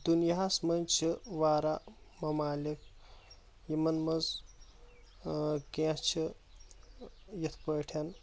دُنیاہس منٛز چھِ واریاہ ممالِک یِمن منٛز کینٛہہ چھِ یِتھ پٲٹھٮ۪ن